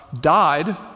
died